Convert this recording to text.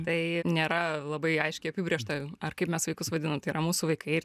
tai nėra labai aiškiai apibrėžta ar kaip mes vaikus vadinam tai yra mūsų vaikai